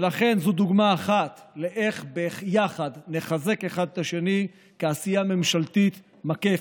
ולכן זו דוגמה אחת איך ביחד נחזק אחד את השני בעשייה ממשלתית מקפת.